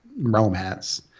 romance